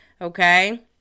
Okay